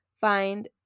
find